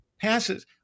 passes—